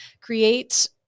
create